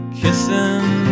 kissing